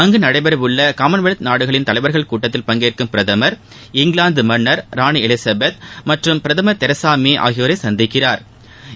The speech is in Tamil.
அங்கு நடைபெறவுள்ள காமன்வெல்த் நாடுகளின் தலைவர்கள் கூட்டத்தில் பங்கேற்கும் பிரதமா் இங்கிலாந்து மன்னா் ராணி எலிசெபெத் மற்றும் பிரதமா் தெரசா மே ஆகியோரை சந்திக்கிறாா்